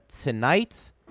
tonight